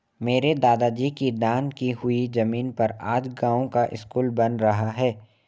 मेरे दादाजी की दान की हुई जमीन पर आज गांव का स्कूल बन रहा है